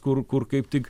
kur kur kaip tik